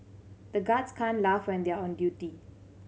the guards can't laugh when they are on duty